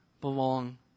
belong